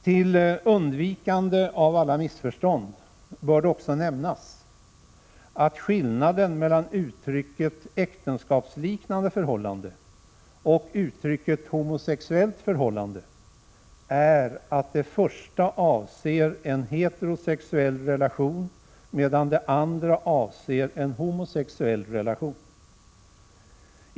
Till undvikande av alla missförstånd bör det också nämnas att skillnaden mellan uttrycket äktenskapsliknande förhållande och uttrycket homosexuellt förhållande är att det första avser en heterosexuell relation, medan det andra avser en homosexuell relation.